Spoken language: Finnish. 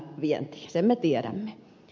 sen me tiedämme